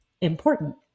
important